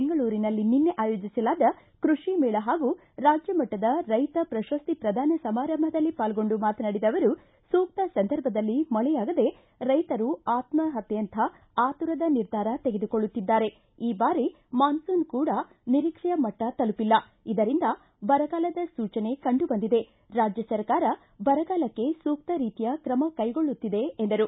ಬೆಂಗಳೂರಿನಲ್ಲಿ ನಿನ್ನೆ ಆಯೋಜಿಸಲಾದ ಕೃಷಿಮೇಳ ಹಾಗೂ ರಾಜ್ಯಮಟ್ಟದ ಕೈತ ಪ್ರಶಸ್ತಿ ಪ್ರದಾನ ಸಮಾರಂಭದಲ್ಲಿ ಪಾಲ್ಗೊಂಡು ಮಾತನಾಡಿದ ಅವರು ಸೂಕ್ತ ಸಂದರ್ಭದಲ್ಲಿ ಮಳೆಯಾಗದೇ ರೈತರು ಆತ್ಸಹತ್ಯೆಯಂಥ ಆತುರದ ನಿರ್ಧಾರ ತೆಗೆದುಕೊಳ್ಳುತ್ತಿದ್ದಾರೆ ಈ ಬಾರಿ ಮಾನ್ಸೂನ್ ಕೂಡ ನಿರೀಕ್ಷೆಯ ಮಟ್ಟ ತಲುಪಿಲ್ಲ ಇದರಿಂದ ಬರಗಾಲದ ಸೂಚನೆ ಕಂಡು ಬಂದಿದೆ ರಾಜ್ಯ ಸರ್ಕಾರ ಬರಗಾಲಕ್ಷೆ ಸೂಕ್ತ ರೀತಿಯ ಕ್ರಮ ಕ್ಷೆಗೊಳ್ಳುತ್ತಿದೆ ಎಂದರು